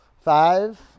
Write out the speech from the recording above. Five